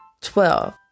Twelve